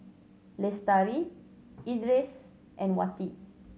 Lestari Idris and Wati